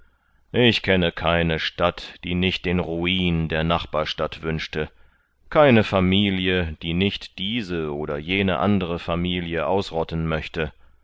ich kenne keine stadt die nicht den ruin der nachbarstadt wünschte keine familie die nicht diese oder jene andere familie ausrotten möchte